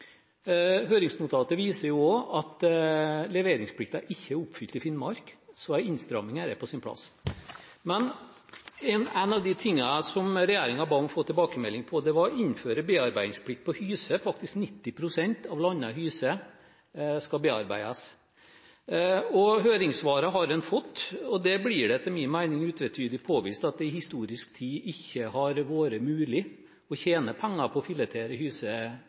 Høringsnotatet viser også at leveringsplikten ikke er oppfylt i Finnmark. En innstramming her er på sin plass. En av de tingene som regjeringen ba om å få tilbakemelding på, var å innføre bearbeidingsplikt når det gjaldt hyse. 90 pst. av landet hyse skal bearbeides. Høringssvarene har en fått. Der blir det, etter min mening, utvetydig påvist at det i historisk tid ikke har vært mulig å tjene penger på å filetere